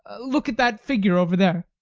look at that figure over there.